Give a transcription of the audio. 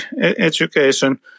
education